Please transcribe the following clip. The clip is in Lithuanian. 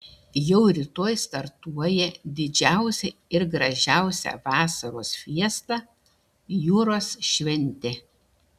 jau rytoj startuoja didžiausia ir gražiausia vasaros fiesta jūros šventė